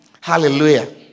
Hallelujah